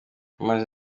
amazi